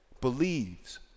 believes